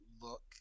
look